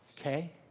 Okay